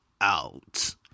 out